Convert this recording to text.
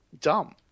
dumb